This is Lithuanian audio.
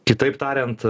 kitaip tariant